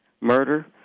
murder